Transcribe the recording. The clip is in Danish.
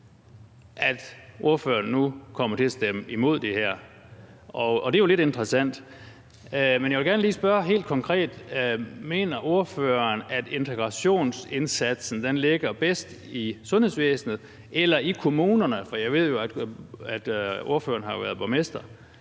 at ordføreren nu kommer til at stemme imod det her, og det er jo lidt interessant. Men jeg vil gerne lige spørge helt konkret: Mener ordføreren, at integrationsindsatsen ligger bedst i sundhedsvæsenet eller i kommunerne, for jeg ved jo, at ordføreren har været borgmester?